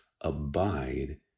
abide